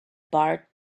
bar